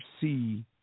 see